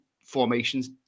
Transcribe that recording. formations